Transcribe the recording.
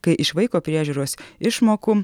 kai iš vaiko priežiūros išmokų